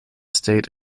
state